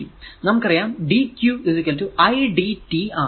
നമുക്കറിയാം dq i dt ആണ്